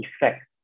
effect